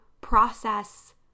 process